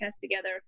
together